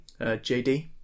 JD